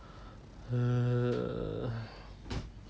uh